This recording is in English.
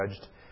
judged